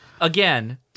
Again